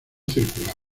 circular